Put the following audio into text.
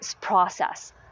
process